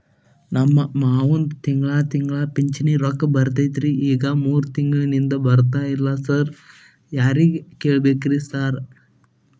ನಮ್ ಮಾವಂದು ತಿಂಗಳಾ ತಿಂಗಳಾ ಪಿಂಚಿಣಿ ರೊಕ್ಕ ಬರ್ತಿತ್ರಿ ಈಗ ಮೂರ್ ತಿಂಗ್ಳನಿಂದ ಬರ್ತಾ ಇಲ್ಲ ಸಾರ್ ಯಾರಿಗ್ ಕೇಳ್ಬೇಕ್ರಿ ಸಾರ್?